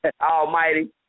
Almighty